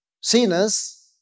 sinners